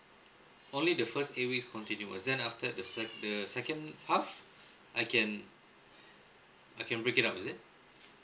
only the first eight weeks continues then after the sec~ the second half I can I can break it up is it